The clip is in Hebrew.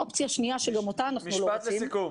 אופציה שניה שגם אותה אנחנו לא רוצים --- משפט לסיכום.